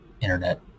internet